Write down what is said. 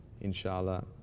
Inshallah